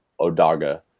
Odaga